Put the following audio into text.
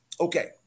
Okay